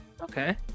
Okay